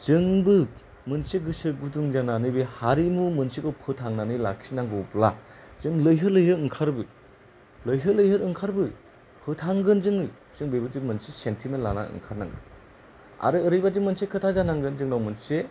जोंबो मोनसे गोसो गुदुं जानानै बे हारिमु मोनसेखौ फोथांनानै लाखिनांगौब्ला जों लैहोर लैहोर ओंखारबो लैहोर लैहोर ओंखारबो फोथांगोन जोङो जों बेबादि मोनसे सेनटिमेन्ट लानानै ओंखारनांगोन आरो ओरैबादि मोनसे खोथा जानांगोन जोंनाव मोनसे